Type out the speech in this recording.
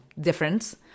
difference